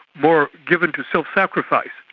more given to self-sacrifice,